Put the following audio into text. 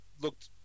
looked